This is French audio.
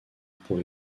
pour